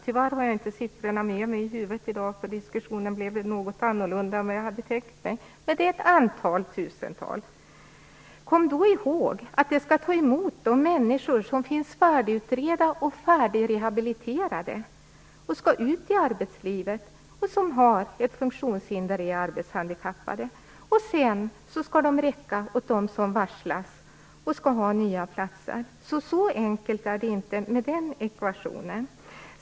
Tyvärr har jag inte siffrorna med mig i dag, då jag inte trodde att diskussionen skulle handla om just detta, men det är ett antal tusen. Kom ihåg att de skall ta emot de människor som är färdigutredda och färdigrehabiliterade, som skall ut i arbetslivet och som har ett funktionshinder och är arbetshandikappade. Sedan skall de räcka åt dem som varslas och skall ha nya platser. Så enkelt är det inte med den ekvationen.